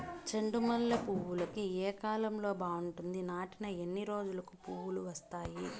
చెండు మల్లె పూలుకి ఏ కాలం బావుంటుంది? నాటిన ఎన్ని రోజులకు పూలు వస్తాయి?